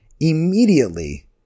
immediately